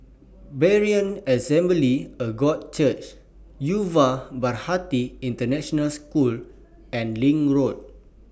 Berean Assembly of God Church Yuva Bharati International School and LINK Road